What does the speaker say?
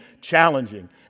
challenging